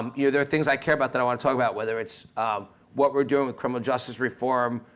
um you know there are things i care about that i want to talk about whether it's um what we're doing with criminal justice reform,